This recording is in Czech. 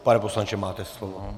Pane poslanče, máte slovo.